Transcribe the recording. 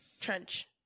trench